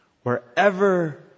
Wherever